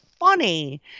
funny